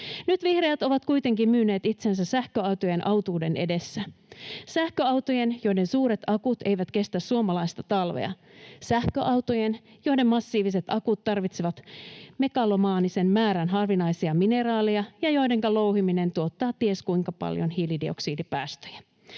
suuret akut eivät kestä suomalaista talvea; sähköautojen, joiden suuret akut eivät kestä suomalaista talvea; sähköautojen, joiden massiviset akut tarvitsevat megalomaanisen määrän harvinaisia mineraaleja ja joidenka louhiminen tuottaa ties kuinka paljon hiilidioksidipäästöjä.